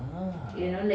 ah